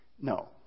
no